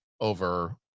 over